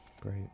great